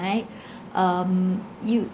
right um you